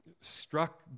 struck